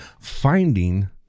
finding